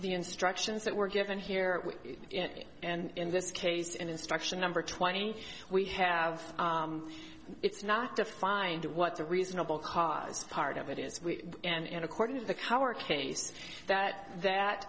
the instructions that were given here and in this case instruction number twenty we have it's not defined what's a reasonable cause part of it is and according to the coward case that that